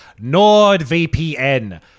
NordVPN